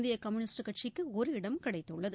இந்திய கம்யூனிஸ்ட் கட்சிக்கு ஒரு இடம் கிடைத்துள்ளது